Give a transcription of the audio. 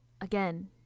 Again